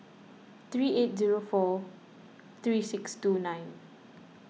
three eight zero four three six two nine